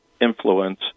influence